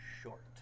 short